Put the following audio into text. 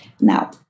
Now